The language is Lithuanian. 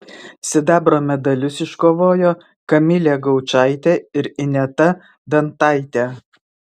sidabro medalius iškovojo kamilė gaučaitė ir ineta dantaitė